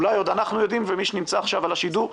אולי עוד אנחנו יודעים ומי שנמצא עכשיו בשידור.